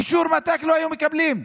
אישור מת"ק לא היו מקבלים.